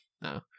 no